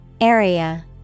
Area